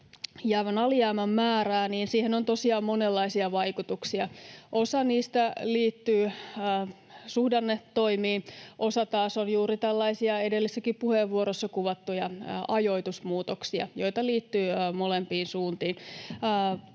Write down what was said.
jäävän alijäämän määrää, on tosiaan monenlaisia vaikutuksia. Osa niistä liittyy suhdannetoimiin, osa taas on juuri tällaisia edellisessäkin puheenvuorossa kuvattuja ajoitusmuutoksia, joita liittyy molempiin suuntiin.